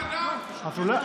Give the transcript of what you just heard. דעתך,